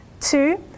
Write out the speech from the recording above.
two